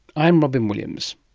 i'm robyn williams